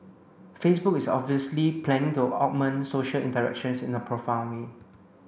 Facebook is obviously planning to augment social interactions in a profound way